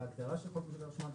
בהגדרה של חוק משק החשמל.